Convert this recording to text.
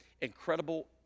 incredible